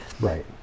Right